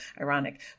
ironic